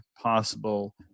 possible